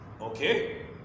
okay